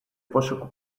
пошуку